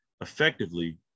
effectively